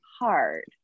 hard